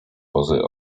pozy